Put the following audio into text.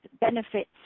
benefits